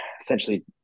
essentially